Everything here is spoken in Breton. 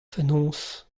fenoz